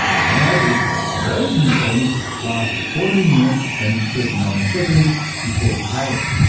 and on average those neutrons last fourteen minutes and thirty nine seconds before decaying.